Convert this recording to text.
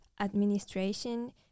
administration